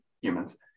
humans